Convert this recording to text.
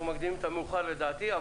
אנחנו מקדימים את המאוחר לדעתי.